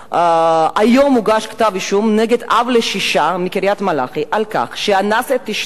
היום הוגש כתב אישום נגד אב לשישה מקריית-מלאכי על כך שאנס את אשתו,